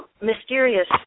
mysterious